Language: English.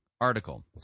article